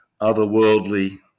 otherworldly